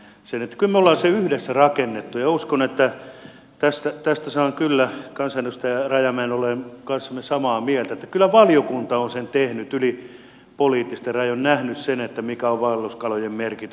kyllä me olemme sen yhdessä rakentaneet ja uskon että tästä saan kyllä kansanedustaja rajamäen olemaan kanssamme samaa mieltä että kyllä valiokunta on sen tehnyt yli poliittisten rajojen nähnyt sen mikä on vaelluskalojen merkitys